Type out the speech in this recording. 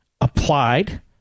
applied